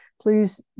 please